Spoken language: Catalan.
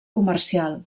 comercial